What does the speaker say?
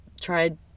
tried